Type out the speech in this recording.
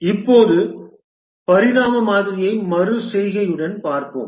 இப்போது பரிணாம மாதிரியை மறு செய்கையுடன் பார்ப்போம்